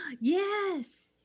Yes